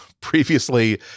previously